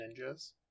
Ninjas